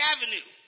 Avenue